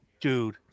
Dude